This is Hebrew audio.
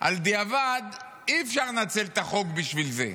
בדיעבד אי-אפשר לנצל את הרוב בשביל זה.